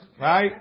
Right